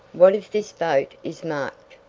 what if this boat is marked!